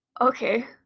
okay